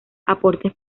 aportes